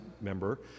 member